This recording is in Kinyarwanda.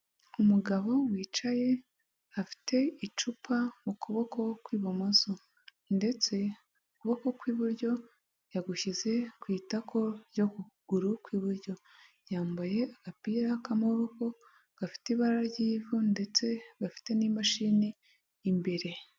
Umugabo wicaye afite icupa mu kuboko kw'ibumoso ndetse ukuboko kw'iburyo yagushyize ku itako ryo ku kuguru kw'iburyo, yambaye agapira k'amaboko gafite ibara ry'ivu ndetse gafite n'imashini imbere.